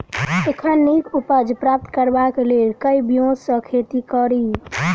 एखन नीक उपज प्राप्त करबाक लेल केँ ब्योंत सऽ खेती कड़ी?